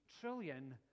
trillion